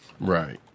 Right